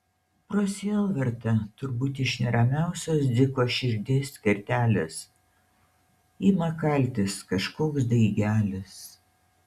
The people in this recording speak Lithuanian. pro sielvartą turbūt iš neramiausios dziko širdies kertelės ima kaltis kažkoks daigelis